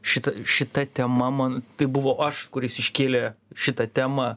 šita šita tema man tai buvo aš kuris iškėlė šitą temą